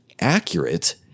accurate